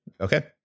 Okay